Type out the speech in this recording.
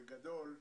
בגדול,